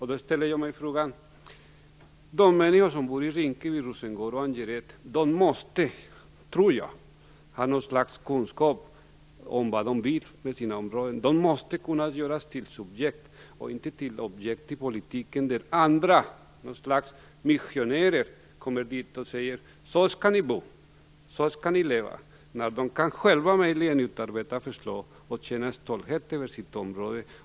Jag tror att de människor som bor i Rinkeby, Rosengård och Angered har någon idé om vad de vill med sina områden. Dessa människor måste kunna göras till subjekt och inte till objekt i politiken. Andra - något slags missionärer - kommer till dem och säger hur de skall bo och leva när de själva kanske kan utarbeta förslag och känna stolthet över sitt område.